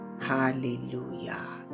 hallelujah